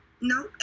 No